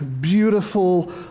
beautiful